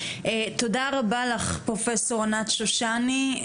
תודה רבה לך פרופסור ענת שושני,